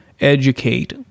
educate